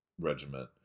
regiment